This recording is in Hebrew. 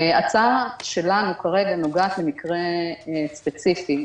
ההצעה שלנו נוגעת למקרה ספציפי,